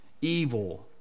evil